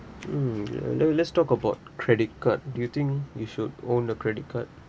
hmm let's~ let's talk about credit card do you think you should own a credit card